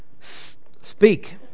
Speak